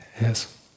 Yes